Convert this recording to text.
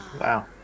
Wow